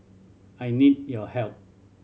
I need your help